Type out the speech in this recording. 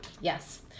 Yes